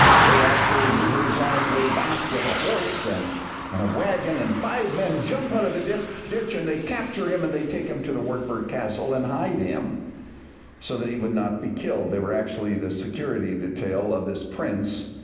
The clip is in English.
day after, luther is on his way back with a horse and a wagon. and five men jump out of the ditch ditch and they capture him and they take him to the wartburg castle and hide him so that he would not be killed. they were actually the security detail of this prince,